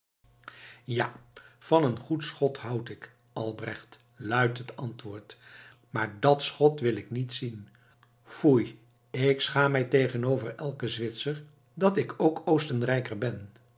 ja van een goed schot houd ik albrecht luidt het antwoord maar dat schot wil ik niet zien foei ik schaam mij tegenover elken zwitser dat ik ook oostenrijker ben